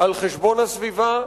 על חשבון הסביבה,